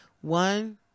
one –